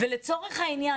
לצורך העניין,